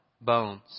Bones